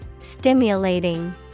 Stimulating